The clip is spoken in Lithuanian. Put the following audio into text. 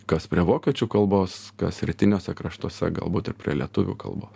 kas prie vokiečių kalbos kas rytiniuose kraštuose galbūt ir prie lietuvių kalbos